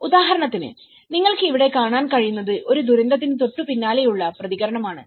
ഉദാഹരണത്തിന് നിങ്ങൾക്ക് ഇവിടെ കാണാൻ കഴിയുന്നത് ഒരു ദുരന്തത്തിന് തൊട്ടുപിന്നാലെയുള്ള പ്രതികരണമാണ്